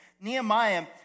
Nehemiah